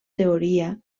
teoria